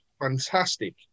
fantastic